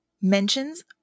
mentions